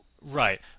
Right